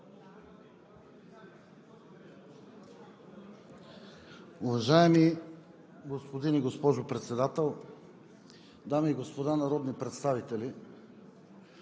Уважаеми господин и госпожо Председател, дами и господа народни представители!